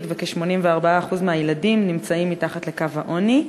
וכ-84% מהילדים נמצאים מתחת לקו העוני.